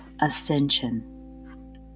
ascension